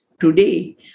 today